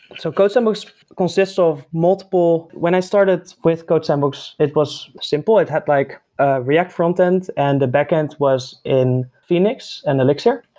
so codesandbox consists of multiple when i started with codesandbox, it was simple. it had like ah react front-end and the backend was in phoenix and elixir.